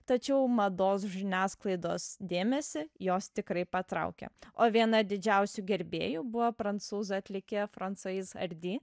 tačiau mados žiniasklaidos dėmesį jos tikrai patraukė o viena didžiausių gerbėjų buvo prancūzų atlikėja francoiz ardi